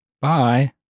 Bye